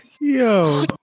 Yo